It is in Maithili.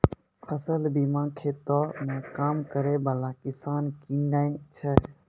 फसल बीमा खेतो मे काम करै बाला किसान किनै छै